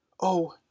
Oh